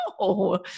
No